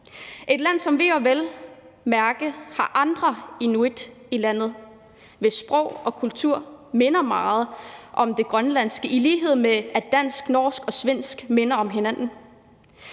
et land, som vel at mærke også har inuit i landet, og hvis sprog og kultur minder meget om Grønlands, på samme måde som dansk, norsk og svensk minder om hinanden.